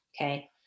okay